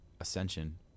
ascension